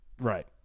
Right